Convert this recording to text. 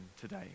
today